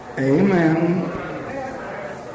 Amen